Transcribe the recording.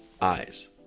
eyes